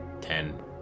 Ten